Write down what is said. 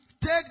Take